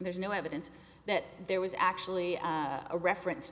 there's no evidence that there was actually a reference